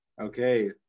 okay